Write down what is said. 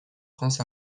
prince